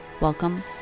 Welcome